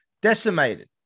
Decimated